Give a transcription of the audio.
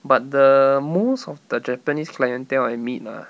but the most of the japanese clientele I meet ah